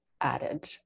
added